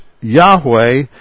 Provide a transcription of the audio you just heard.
Yahweh